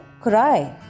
cry